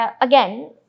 again